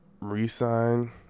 re-sign